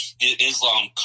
Islam